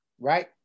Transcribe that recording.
right